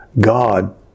God